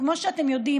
כמו שאתם יודעים,